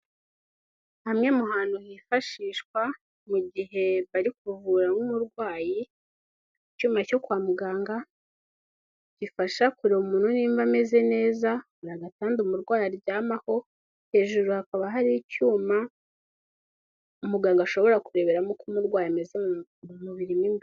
Hamwe mu hantu hifashishwa mu gihe bari kuvura nk'umurwayi, icyuma cyo kwa muganga gifasha kureba umuntu niba ameze neza, hari agatanda umurwayi aryamaho, hejuru hakaba hari icyuma umuganga ashobora kureberamo uko umurwayi ameze mu mubiri mu imbere.